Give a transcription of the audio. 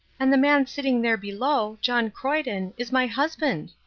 and the man sitting there below, john croyden, is my husband.